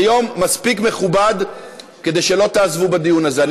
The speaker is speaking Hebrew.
זה יום מספיק מכובד כדי שלא תעזבו בדיון הזה.